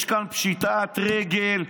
יש כאן פשיטת רגל,